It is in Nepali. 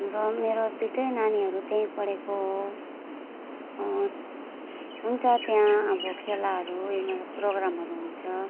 र मेरो दुईवटै नानीहरू त्यहीँ पढेको हो हुन्छ त्यहाँ अब खेलाहरू एनुवल प्रोग्रामहरू हुन्छ